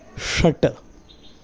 षट्